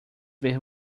ver